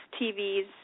TV's